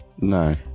No